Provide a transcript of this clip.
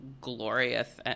glorious